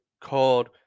called